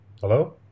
Hello